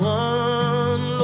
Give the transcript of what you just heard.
one